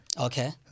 Okay